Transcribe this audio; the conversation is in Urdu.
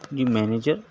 جی مینیجر